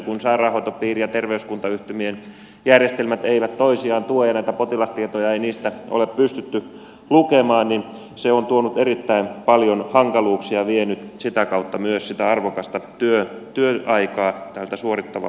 kun sairaanhoitopiirien ja terveyskuntayhtymien järjestelmät eivät toisiaan tue ja näitä potilastietoja ei niistä ole pystytty lukemaan niin se on tuonut erittäin paljon hankaluuksia ja vienyt sitä kautta myös sitä arvokasta työaikaa tältä suorittavalta portaalta